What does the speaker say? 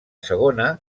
segona